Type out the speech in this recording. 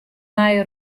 nije